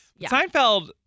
Seinfeld